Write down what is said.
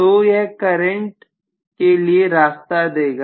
तो यह करंट के लिए रास्ता देगा